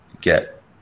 get